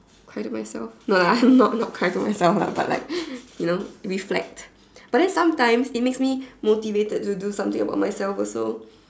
cry to myself no lah not not cry to myself lah but like you know reflect but then sometimes it makes me motivated to do something about myself also